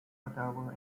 ottawa